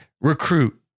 recruit